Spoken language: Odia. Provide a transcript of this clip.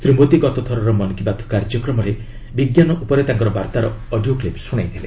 ଶ୍ରୀ ମୋଦି ଗତଥରର ମନ୍ କି ବାତ୍ କାର୍ଯ୍ୟକ୍ରମରେ ବିଜ୍ଞାନ ଉପରେ ତାଙ୍କର ବାର୍ତ୍ତାର ଅଡିଓ କ୍ଲିପ୍ ଶ୍ରଣାଇଥିଲେ